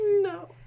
No